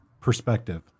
perspective